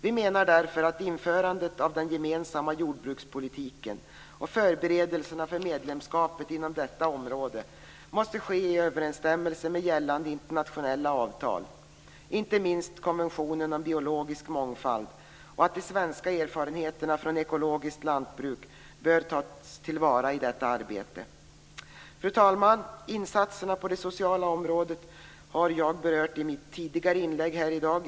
Vi menar därför att införandet av den gemensamma jordbrukspolitiken och förberedelserna för medlemskapet inom detta område måste ske i överensstämmelse med gällande internationella avtal, inte minst konventionen om biologisk mångfald, och att de svenska erfarenheterna från ekologiskt lantbruk bör tas till vara i detta arbete. Fru talman! Insatserna på det sociala området har jag berört i mitt tidigare inlägg här i dag.